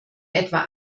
etwa